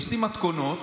עושים מתכונות